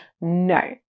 no